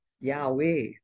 Yahweh